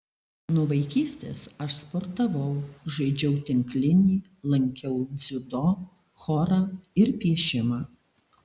nuo vaikystės aš sportavau žaidžiau tinklinį lankiau dziudo chorą ir piešimą